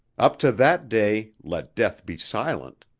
up to that day let death be silent!